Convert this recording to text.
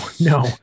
no